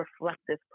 reflective